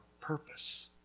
purpose